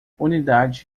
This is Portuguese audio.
unidade